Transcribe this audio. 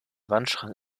wandschrank